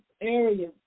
area